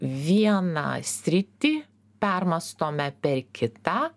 vieną sritį permąstome per kitą